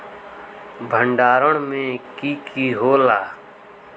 भण्डारण में की की होला?